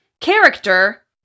character